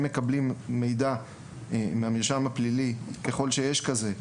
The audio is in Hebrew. הם מקבלים מידע מהמרשם הפלילי, ככל שיש כזה,